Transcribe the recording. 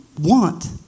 want